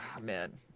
Man